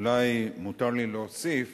אולי מותר לי להוסיף